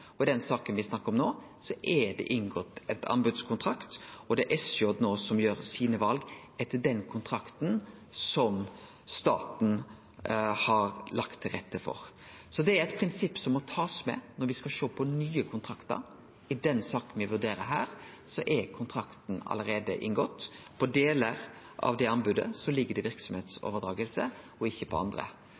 I den saka me snakkar om no, er det inngått ein anbodskontrakt, og det er no SJ som gjer sine val etter den kontrakten som staten har lagt til rette for. Så det er eit prinsipp som må takast med når me skal sjå på nye kontraktar. I saka me vurderer her, er kontrakten allereie inngått. På delar av det anbodet ligg det verksemdsoverdraging – og ikkje på andre.